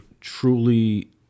truly